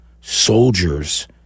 soldiers